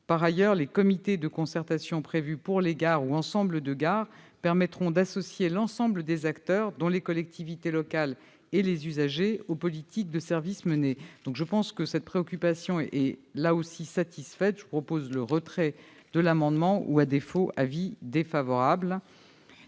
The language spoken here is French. Par ailleurs, les comités de concertation prévus pour les gares ou ensembles de gares permettront d'associer l'ensemble des acteurs, dont les collectivités locales et les usagers, aux politiques de services menées. Cette préoccupation me semble elle aussi satisfaite. Je sollicite donc le retrait de l'amendement ; à défaut, j'émettrai